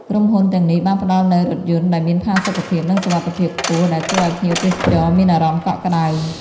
ក្រុមហ៊ុនទាំងនេះបានផ្តល់នូវរថយន្តដែលមានផាសុកភាពនិងសុវត្ថិភាពខ្ពស់ដែលធ្វើឱ្យភ្ញៀវទេសចរមានអារម្មណ៍កក់ក្តៅ។